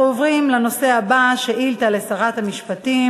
20 בעד, אין מתנגדים.